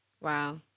Wow